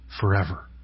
forever